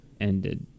ended